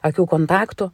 akių kontaktu